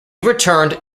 returned